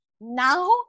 Now